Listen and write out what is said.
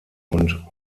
und